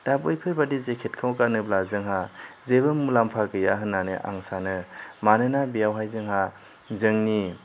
दा बैफोरबादि जेकेटखौ गानोब्ला जोंहा जेबो मुलाम्फा गैया होन्नानै आं सानो मानोना बेयावहाय जोंहा जोंनि